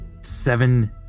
seven